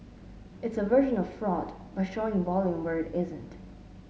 it is a version of fraud by showing volume where it isn't